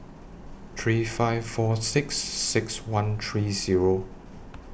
three five four six six one three Zero